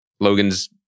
Logan's